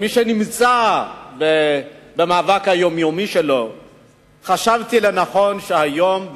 למי שנמצא במאבק יומיומי, חשבתי שהיום,